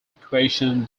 equation